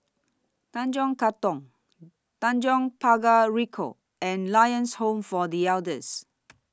Tanjong Katong Tanjong Pagar Ricoh and Lions Home For The Elders